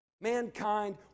Mankind